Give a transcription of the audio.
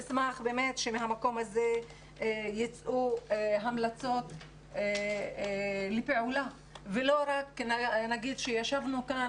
אני מאוד אשמח שמהמקום הזה ייצאו המלצות לפעולה ולא רק נגיד שישבנו כאן,